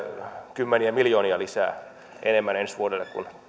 kymmeniä miljoonia enemmän ensi vuodelle kuin